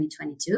2022